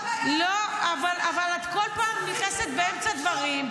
מה הבעיה --- אבל את כל פעם נכנסת באמצע הדברים,